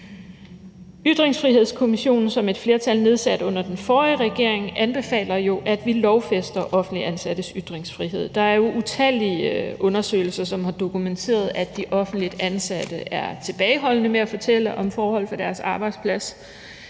Ytringsfrihedskommissionen, som et flertal nedsatte under den forrige regering, anbefaler jo, at vi lovfæster offentligt ansattes ytringsfrihed. Der er jo utallige undersøgelser, som har dokumenteret, at de offentligt ansatte er tilbageholdende med at fortælle om forhold på deres arbejdsplads.